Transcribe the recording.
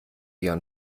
ihren